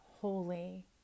holy